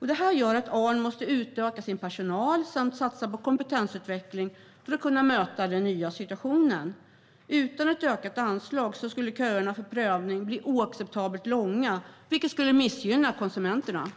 Det gör att ARN måste utöka sin personal samt satsa på kompetensutveckling för att kunna möta den nya situationen. Utan ett ökat anslag skulle köerna för prövning bli oacceptabelt långa, vilket skulle missgynna konsumenterna.